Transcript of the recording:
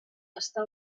està